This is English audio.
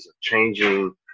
changing